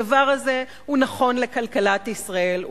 הדבר הזה הוא נכון לכלכלת ישראל,